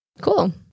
cool